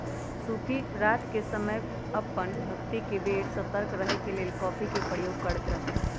सूफी रात के समय अप्पन भक्ति के बेर सतर्क रहे के लेल कॉफ़ी के प्रयोग करैत रहथिन्ह